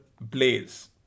blaze